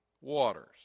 waters